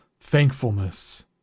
thankfulness